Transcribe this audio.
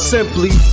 Simply